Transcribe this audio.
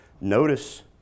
Notice